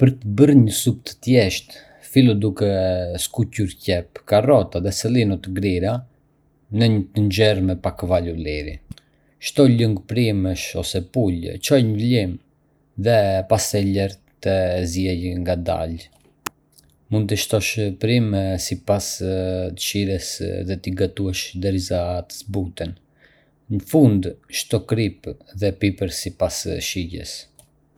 Për të bërë një supë të thjeshtë, fillo duke skuqur qepë, karrota dhe selino të grira në një tenxhere me pak vaj ulliri. Shto lëng perimesh ose pule, çoje në vlim dhe pastaj lëre të ziejë ngadalë. Mund të shtosh perime sipas dëshirës dhe t’i gatuash derisa të zbuten. Në fund, shto kripë dhe piper sipas shijes.